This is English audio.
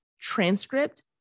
transcript